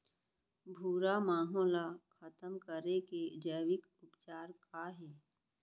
भूरा माहो ला खतम करे के जैविक उपचार का हे?